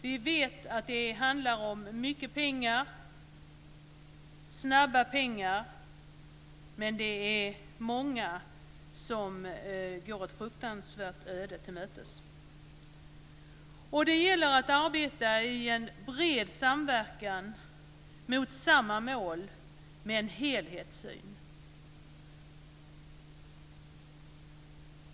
Vi vet att det handlar om mycket pengar och snabba pengar. Det är många som går ett fruktansvärt öde till mötes. Det gäller att arbeta i en bred samverkan mot samma mål, med en helhetssyn.